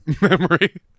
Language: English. memory